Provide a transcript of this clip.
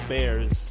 Bears